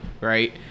Right